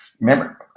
remember